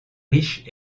riche